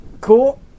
Cool